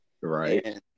Right